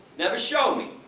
never show me,